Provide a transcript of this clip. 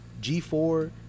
g4